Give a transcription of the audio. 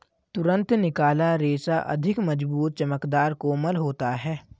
तुरंत निकाला रेशा अधिक मज़बूत, चमकदर, कोमल होता है